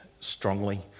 strongly